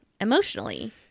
emotionally